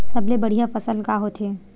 सबले बढ़िया फसल का होथे?